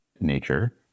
nature